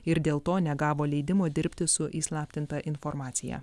ir dėl to negavo leidimo dirbti su įslaptinta informacija